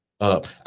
up